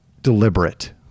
deliberate